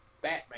Batman